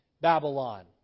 Babylon